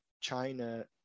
China